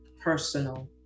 personal